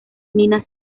minas